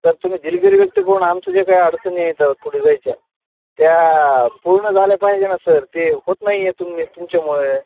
sir तुम्ही दिलगिरी व्यक्त करून आमचं जे काय अडचणी येतात पुढे जायच्या त्या पूर्ण झाल्या पाहिजे ना सर ते होत नाही आहे तुम्ही तुमच्यामुळे